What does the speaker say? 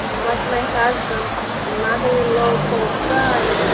what my husband and mother-in-law called pride,